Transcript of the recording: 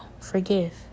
forgive